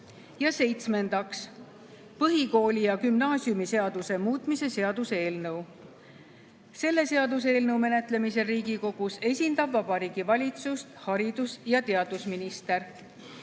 Ja seitsmendaks, põhikooli‑ ja gümnaasiumiseaduse muutmise seaduse eelnõu. Selle seaduseelnõu menetlemisel Riigikogus esindab Vabariigi Valitsust haridus- ja teadusminister.